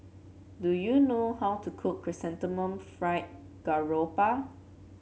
do you know how to cook Chrysanthemum Fried Garoupa